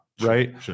right